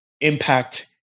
impact